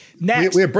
Next